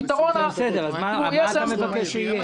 אז מה אתה מבקש שיהיה?